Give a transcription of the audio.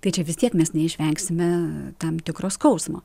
tai čia vis tiek mes neišvengsime tam tikro skausmo